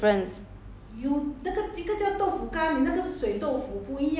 拿来煎的 how you know the difference